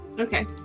Okay